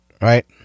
right